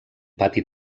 pati